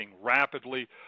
rapidly